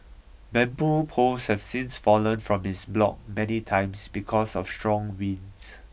bamboo poles have since fallen from his block many times because of strong winds